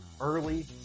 early